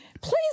please